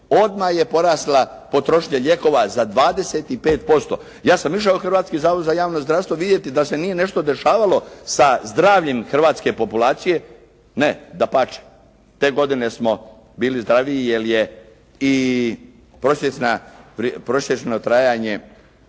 odmah je porasla potrošnja lijekova za 25%. Ja sam išao u Hrvatski zavod za javno zdravstvo vidjeti da se nije nešto dešavalo sa zdravljem hrvatske populacije. Ne, dapače. Te godine smo bili zdraviji jer je i prosječno trajanje